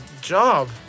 job